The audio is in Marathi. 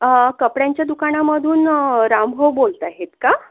अं कपड्यांच्या दुकानांमधून अ रामभाऊ बोलताहेत का